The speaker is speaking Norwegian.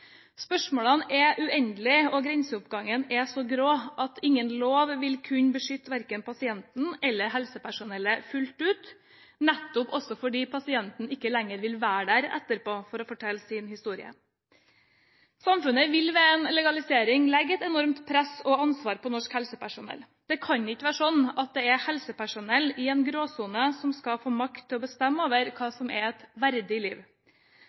Spørsmålene er uendelige, og grenseoppgangen er så grå at ingen lov vil kunne beskytte verken pasienten eller helsepersonellet fullt ut, nettopp også fordi pasienten ikke lenger vil være der etterpå for å fortelle sin historie. Samfunnet vil ved en legalisering legge et enormt press og ansvar på norsk helsepersonell. Det kan ikke være slik at det er helsepersonell i en gråsone som skal få makt til å bestemme over hva som er et verdig liv.